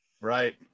Right